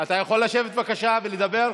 אתה יכול לשבת בבקשה ולדבר?